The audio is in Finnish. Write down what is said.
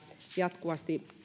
jatkuvasti